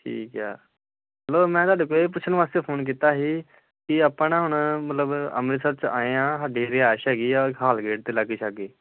ਠੀਕ ਆ ਮਤਲਬ ਮੈਂ ਤੁਹਾਡੇ ਤੋਂ ਇਹ ਪੁੱਛਣ ਵਾਸਤੇ ਫ਼ੋਨ ਕੀਤਾ ਸੀ ਕਿ ਆਪਾਂ ਨਾ ਹੁਣ ਮਤਲਬ ਅੰਮ੍ਰਿਤਸਰ 'ਚ ਆਏ ਹਾਂ ਸਾਡੀ ਰਿਹਾਇਸ਼ ਹੈਗੀ ਆ ਹਾਲ ਗੇਟ ਦੇ ਲਾਗੇ ਛਾਗੇ